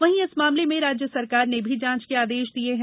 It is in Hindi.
वहीं इस मामले में राज्य सरकार ने भी जांच के आदेश दिए हैं